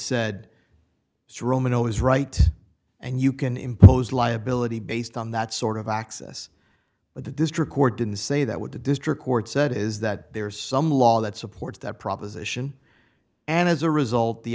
is right and you can impose liability based on that sort of access but the district court didn't say that what the district court said is that there is some law that supports that proposition and as a result the